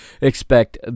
expect